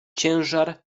ciężar